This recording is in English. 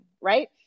right